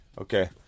Okay